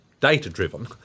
data-driven